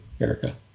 Erica